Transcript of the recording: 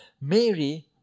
Mary